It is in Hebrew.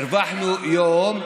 הרווחנו יום.